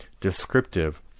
descriptive